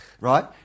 right